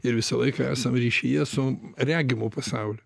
ir visą laiką esam ryšyje su regimu pasauliu